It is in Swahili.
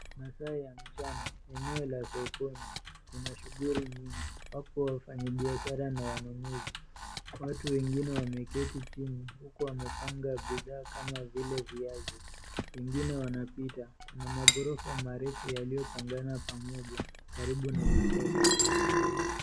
Masaa la mchana. Eneo la sokoni .Kuna shughuli nyingio. wapo wafanyibiadhara na wanunuzi .Watu qwngine wamwketi chini huku wakipanga bidhaa kama vile viazi. Wengine wanapata. Kuna maghorofa marefu yaliyopangana pamoja karibu na msoko.